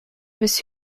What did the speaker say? bis